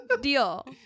deal